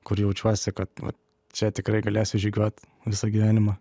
kur jaučiuosi kad čia tikrai galėsiu žygiuot visą gyvenimą